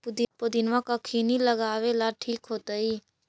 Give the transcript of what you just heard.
पुदिना कखिनी लगावेला ठिक होतइ?